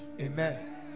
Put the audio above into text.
Amen